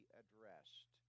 addressed